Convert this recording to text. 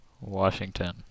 Washington